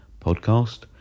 Podcast